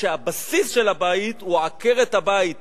והבסיס של הבית הוא עקרת הבית,